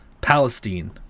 Palestine